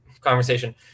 conversation